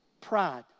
Pride